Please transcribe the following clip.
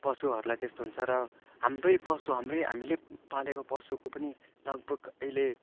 पशुहरूलाई त्यस्तो हुन्छ र हाम्रो पशु हाम्रो हामीले पालेको पशुको पनि लगभग अहिले